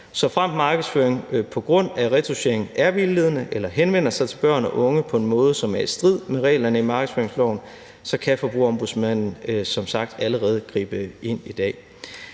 såfremt markedsføring på grund af retouchering er vildledende eller henvender sig til børn og unge på en måde, som er i strid med reglerne i markedsføringsloven, kan Forbrugerombudsmanden som sagt allerede gribe ind i dag.